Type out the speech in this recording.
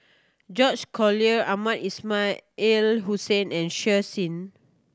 George Collyer Mohamed Ismail Hussain and Shen Xi